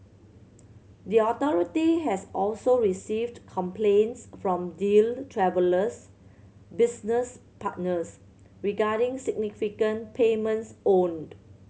the authority has also received complaints from Deal Travel's business partners regarding significant payments owed